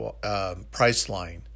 Priceline